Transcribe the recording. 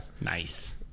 Nice